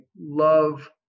love